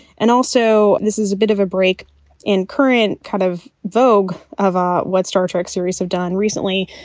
and also, this is a bit of a break in current kind of vogue of ah what star trek series have done recently.